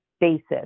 basis